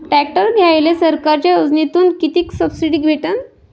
Tractor घ्यायले सरकारच्या योजनेतून किती सबसिडी भेटन?